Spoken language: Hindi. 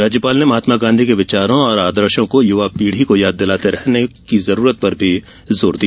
राज्यपाल ने महात्मा गांधी के विचारों और आदर्शो को युवा पीढ़ी को याद दिलाते रहने की जरूरत पर जोर दिया